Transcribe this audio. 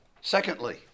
Secondly